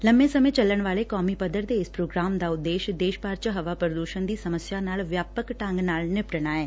ਲੰਬੇ ਸਮੇ ਚੱਲਣ ਵਾਲੇ ਕੌਮੀ ਪੱਧਰ ਦੇ ਇਸ ਪ੍ਰੋਗਰਾਮ ਦਾ ਉਦੇਸ਼ ਦੇਸ਼ ਭਰ ਚ ਹਵਾ ਪ੍ਰਦੂਸ਼ਣ ਦੀ ਸਮੱਸਿਆ ਨਾਲ ਵਿਆਪਕ ਢੰਗ ਨਾਲ ਨਿਪਟਣਾ ਐ